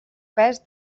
pes